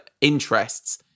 interests